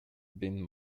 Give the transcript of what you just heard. been